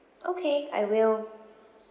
okay I will